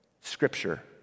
Scripture